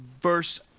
verse